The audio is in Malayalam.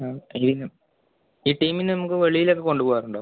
ആ അറിയണം ഈ ടീമിനെ നമുക്ക് വെളീലൊക്കെ കൊണ്ട് പോകാറുണ്ടോ